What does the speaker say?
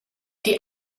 die